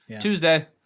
Tuesday